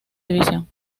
división